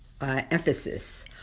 emphasis